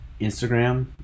Instagram